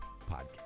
podcast